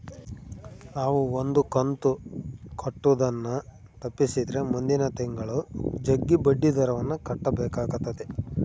ನಾವು ಒಂದು ಕಂತು ಕಟ್ಟುದನ್ನ ತಪ್ಪಿಸಿದ್ರೆ ಮುಂದಿನ ತಿಂಗಳು ಜಗ್ಗಿ ಬಡ್ಡಿದರವನ್ನ ಕಟ್ಟಬೇಕಾತತೆ